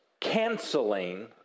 canceling